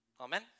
Amen